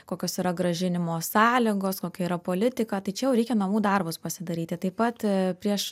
kokios yra grąžinimo sąlygos kokia yra politika tai čia jau reikia namų darbus pasidaryti taip pat prieš